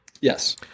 Yes